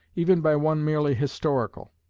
even by one merely historical.